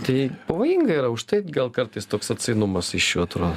tai pavojinga yra už tai gal kartais toks atsainumas iš jų atro